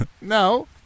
No